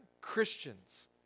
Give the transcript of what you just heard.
Christians